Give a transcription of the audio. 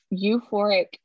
euphoric